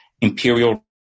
imperial